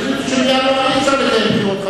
שהחליטה שבינואר אי-אפשר לקיים בחירות,